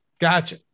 gotcha